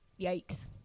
yikes